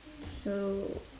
so